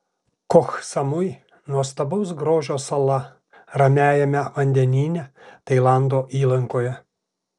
koh samui nuostabaus grožio sala ramiajame vandenyne tailando įlankoje